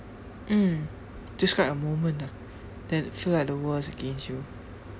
mm describe a moment ah that you feel like the world is against you